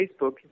Facebook